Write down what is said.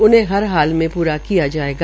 उन्हें हर हाल में पूरा किया जायेगा